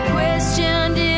questioned